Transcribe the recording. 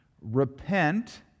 Repent